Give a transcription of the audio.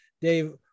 dave